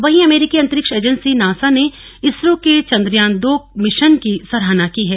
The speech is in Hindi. वहीं अमेरीकी अंतरिक्ष एजेंसी नासा ने इसरो के चन्द्रयान दो मिशन की सराहना की है